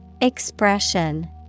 Expression